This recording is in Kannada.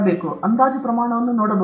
ನಾವು ಅಂದಾಜು ಪ್ರಮಾಣವನ್ನು ನೋಡಬಹುದೇ